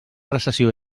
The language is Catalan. recessió